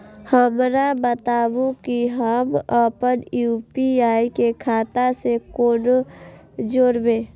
हमरा बताबु की हम आपन यू.पी.आई के खाता से कोना जोरबै?